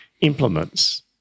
implements